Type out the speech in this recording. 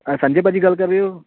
ਸੰਜੇ ਭਾਅ ਜੀ ਗੱਲ ਕਰ ਰਹੇ ਹੋ